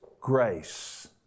grace